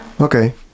Okay